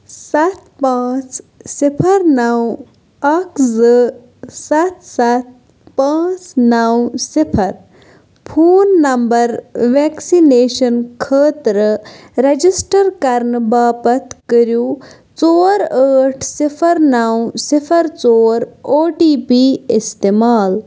سَتھ پانٛژھ صِفر نَو اَکھ زٕ سَتھ سَتھ پانٛژھ نَو صِفر فون نمبر وٮ۪کسِنیشَن خٲطرٕ رَجِسٹَر کَرنہٕ باپتھ کٔرِو ژور ٲٹھ صِفر نَو صِفر ژور او ٹی پی اِستعمال